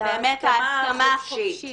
ההסכמה החופשית